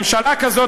ממשלה כזאת,